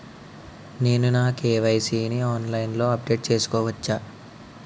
నేను నా కే.వై.సీ ని ఆన్లైన్ లో అప్డేట్ చేసుకోవచ్చా?